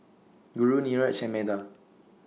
Guru Niraj and Medha